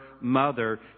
mother